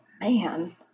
Man